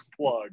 Plug